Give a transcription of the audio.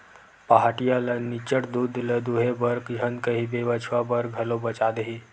पहाटिया ल निच्चट दूद ल दूहे बर झन कहिबे बछवा बर घलो बचा देही